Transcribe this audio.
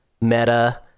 meta